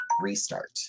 Restart